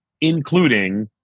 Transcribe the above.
including